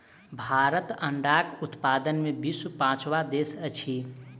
भारत अंडाक उत्पादन मे विश्वक पाँचम देश अछि